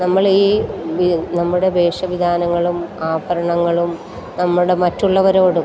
നമ്മൾ ഈ ഈ നമ്മുടെ വേഷവിധാനങ്ങളും ആഭരണങ്ങളും നമ്മുടെ മറ്റുള്ളവരോട്